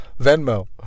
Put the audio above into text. Venmo